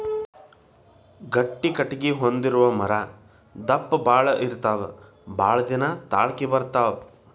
ಗಟ್ಟಿ ಕಟಗಿ ಹೊಂದಿರು ಮರಾ ದಪ್ಪ ಬಾಳ ಇರತಾವ ಬಾಳದಿನಾ ತಾಳಕಿ ಬರತಾವ